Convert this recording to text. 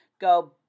go